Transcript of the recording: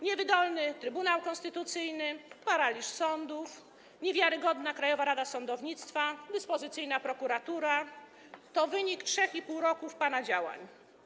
Niewydolny Trybunał Konstytucyjny, paraliż sądów, niewiarygodna Krajowa Rada Sądownictwa, dyspozycyjna prokuratura - to wynik 3,5 roku pana działań.